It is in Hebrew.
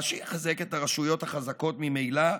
מה שיחזק את הרשויות החזקות ממילא,